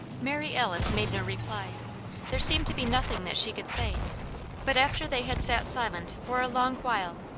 mary alice made no reply there seemed to be nothing that she could say but after they had sat silent for a long while,